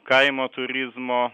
kaimo turizmo